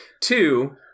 two